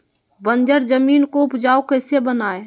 बंजर जमीन को उपजाऊ कैसे बनाय?